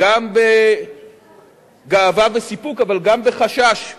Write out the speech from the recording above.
גם בגאווה וסיפוק, אבל גם בחשש מסוים,